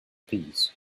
peace